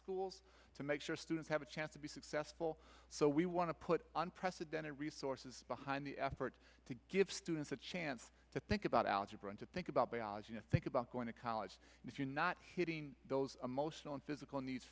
schools to make sure students have a chance to be successful so we want to put on precedented resources behind the effort to give students a chance to think about algebra and to think about biology and think about going to college if you're not getting those emotional and physical needs